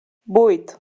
vuit